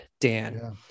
Dan